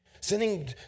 Sending